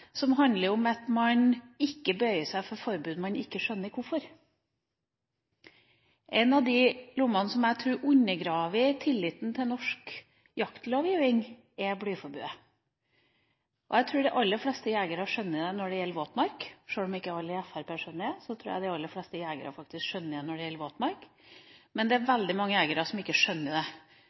som handler om at man ikke bøyer seg for forbud man ikke skjønner grunnen til. En av de lommene som jeg tror undergraver tilliten til norsk jaktlovgivning, er blyforbudet. Jeg tror de aller fleste jegere skjønner forbudet når det gjelder våtmark, sjøl om ikke alle i Fremskrittspartiet skjønner det, men det er veldig mange jegere som ikke skjønner hvorfor forbudet gjelder ellers. Da får man en undergraving av lovverket som